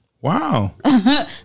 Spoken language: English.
Wow